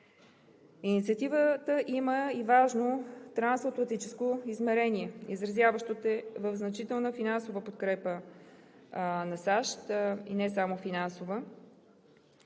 Инициативата има и важно трансатлантическо измерение, изразяващо се в значителна финансова подкрепа на САЩ, не само финансова,